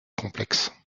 complexe